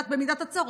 במידת הצורך,